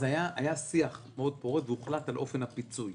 אז היה שיח מאוד פורה והוחלט על אופן הפיצוי.